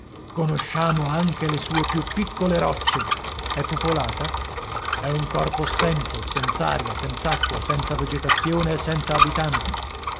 conosciamo anche le sue più piccole rocce è popolata è un corpo spento senz'aria senz'acqua senza vegetazione e senza abitanti